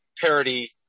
parody